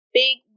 big